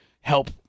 help